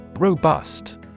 robust